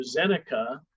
AstraZeneca